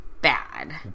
bad